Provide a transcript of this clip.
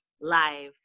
live